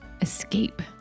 Escape